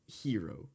hero